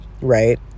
right